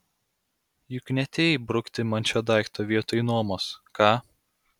juk neatėjai brukti man šio daikto vietoj nuomos ką